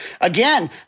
again